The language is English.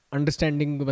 Understanding